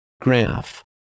Graph